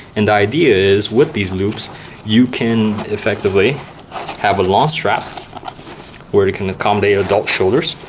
and the idea is, with these loops you can effectively have a long strap where you can accommodate adult shoulders,